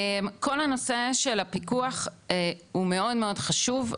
כל הנושא של הפיקוח הוא מאוד מאוד חשוב,